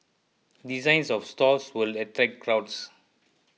designs of stores will attract crowds